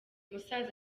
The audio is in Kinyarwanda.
musaza